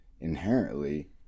inherently